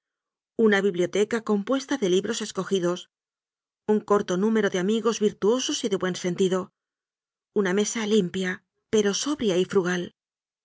una biblioteca compuesta de libros escogidos un corto número de amigos virtuosos y de buen sentido una mesa limpia pero sobria y frugal